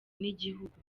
n’igihugu